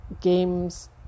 games